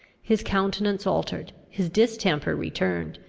his countenance altered, his distemper returned,